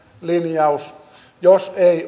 linjaus jos ei